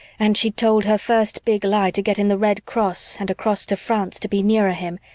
and she'd told her first big lie to get in the red cross and across to france to be nearer him,